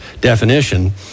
definition